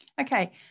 Okay